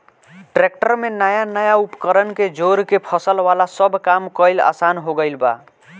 tractor में नया नया उपकरण के जोड़ के फसल वाला सब काम कईल आसान हो गईल बा